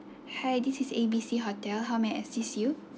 hi this is A_B_C hotel how may I assist you